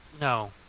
No